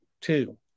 two